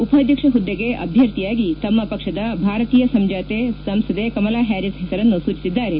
ಉಪಾಧ್ಯಕ್ಷ ಹುದ್ದೆಗೆ ಅಭ್ಯರ್ಥಿಯಾಗಿ ತಮ್ಮ ಪಕ್ಷದ ಭಾರತೀಯ ಸಂಜಾತ ಸಂಸದೆ ಕಮಲಾ ಪ್ಯಾರಿಸ್ ಪೆಸರನ್ನು ಸೂಚಿಸಿದ್ದಾರೆ